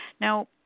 Now